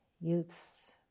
youths